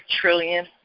trillion